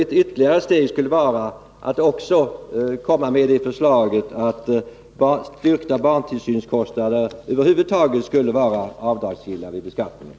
Ett ytterligare steg skulle vara att också komma med ett förslag om att styrkta barntillsynskostnader över huvud taget skall vara avdragsgilla vid beskattningen.